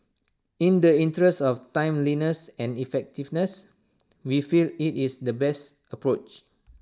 in the interest of timeliness and effectiveness we feel IT is the best approach